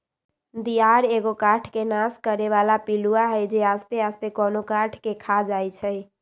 दियार एगो काठ के नाश करे बला पिलुआ हई जे आस्ते आस्ते कोनो काठ के ख़ा जाइ छइ